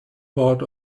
part